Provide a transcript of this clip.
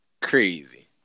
Crazy